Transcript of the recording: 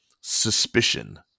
suspicion